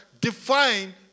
define